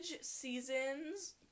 seasons